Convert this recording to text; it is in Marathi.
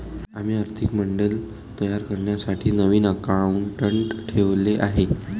आम्ही आर्थिक मॉडेल तयार करण्यासाठी नवीन अकाउंटंट ठेवले आहे